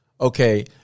Okay